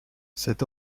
cet